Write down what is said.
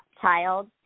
child